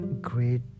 great